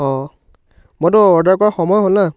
অঁ মইতো অৰ্ডাৰ কৰা সময় হ'ল না